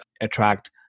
attract